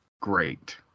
great